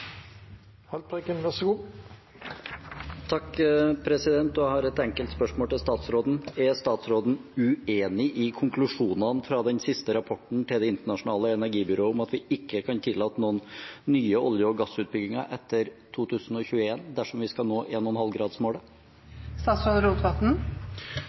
statsråden uenig i konklusjonene fra den siste rapporten til Det internasjonale energibyrået om at vi ikke kan tillate noen nye olje- og gassutbygginger etter 2021 dersom vi skal nå